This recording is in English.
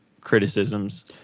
criticisms